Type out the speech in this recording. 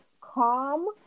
calm